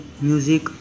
music